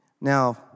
Now